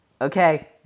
Okay